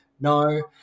No